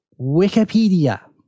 Wikipedia